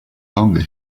longer